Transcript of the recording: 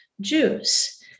Jews